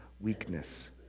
weakness